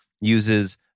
uses